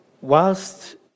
whilst